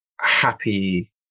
happy